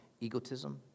egotism